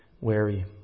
wary